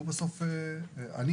לא